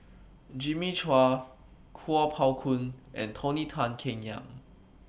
Jimmy Chua Kuo Pao Kun and Tony Tan Keng Yam